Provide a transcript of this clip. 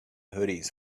hoodies